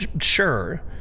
sure